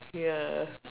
ya